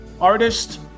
artist